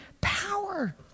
power